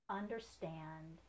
understand